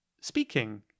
speaking